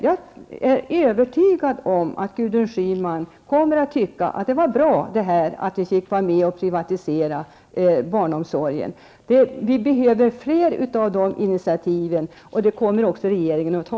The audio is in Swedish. Jag är övertygad om att Gudrun Schyman kommer att tycka att det var bra att vi fick vara med och privatisera barnomsorgen. Vi behöver fler sådana initiativ, och det kommer också regeringen att ta.